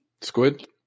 Squid